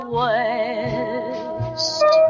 west